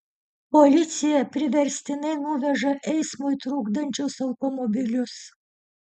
policija priverstinai nuveža eismui trukdančius automobilius